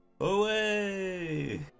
away